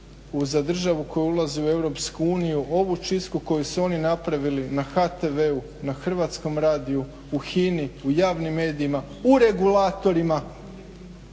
za državu koja ulazi u EU ovu čistu koju su oni napravili na HTV-u na Hrvatskom radiju u HINA-i u javnim medijima u regulatorima,